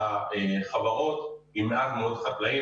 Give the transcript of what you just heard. במעט מהחברות עם מעט מאוד חקלאים.